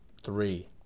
three